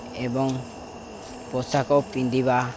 ଏବଂ ପୋଷାକ ପିନ୍ଧିବା